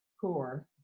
Core